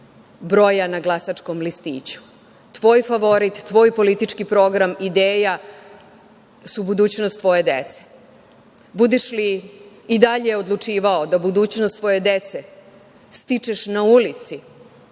broja na glasačkom listiću, tvoj favorit, tvoj politički program, ideja su budućnost tvoje dece. Budeš li i dalje odlučivao da budućnost svoje dece stičeš na ulici